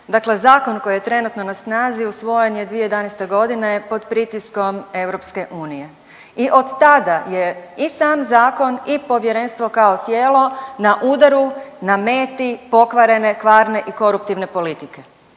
Dakle zakon koji je trenutno na snazi usvojen je 2011. g. pod pritiskom EU i od tada je i sam Zakon i Povjerenstvo kao tijelo na udaru, na meti pokvarene, kvarne i koruptivne politike.